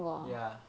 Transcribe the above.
ya